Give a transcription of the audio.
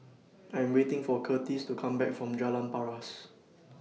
I Am waiting For Curtiss to Come Back from Jalan Paras